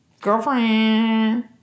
girlfriend